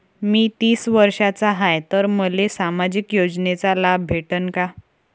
मी तीस वर्षाचा हाय तर मले सामाजिक योजनेचा लाभ भेटन का?